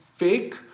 fake